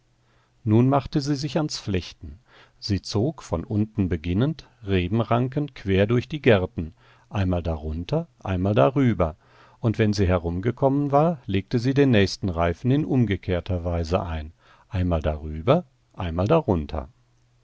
nun machte sie sich ans flechten sie zog von unten beginnend rebenranken quer durch die gerten einmal darunter einmal darüber und wenn sie herumgekommen war legte sie den nächsten reifen in umgekehrter weise ein einmal darüber einmal darunter